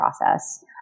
process